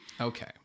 Okay